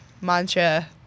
mantra